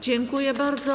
Dziękuję bardzo.